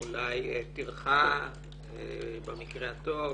אולי טרחה במקרה הטוב,